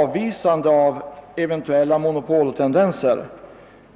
avvisat eventuella monopoltendenser.